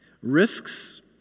risks